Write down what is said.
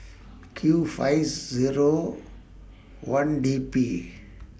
Q fines Zero one D P